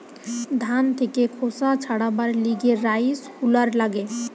ধান থেকে খোসা ছাড়াবার লিগে রাইস হুলার লাগে